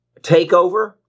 takeover